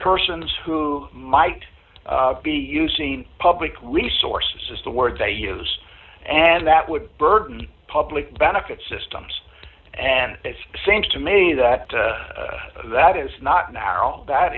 persons who might be using public resources as the word they use and that would burden public benefit systems and this seems to me that that is not an arrow that